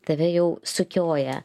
tave jau sukioja